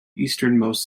easternmost